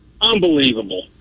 unbelievable